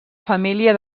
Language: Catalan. família